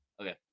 Okay